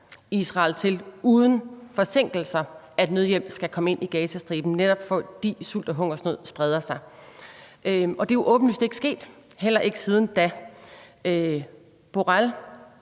Israel til uden forsinkelser at lade nødhjælp komme ind i Gazastriben, netop fordi sult og hungersnød spreder sig. Det er jo åbenlyst ikke sket, heller ikke siden da. Josep